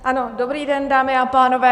Ano, dobrý den, dámy a pánové.